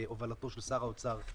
בהובלתו של שר האוצר,